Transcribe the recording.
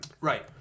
Right